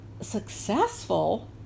successful